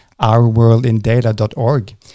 ourworldindata.org